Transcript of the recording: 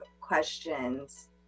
questions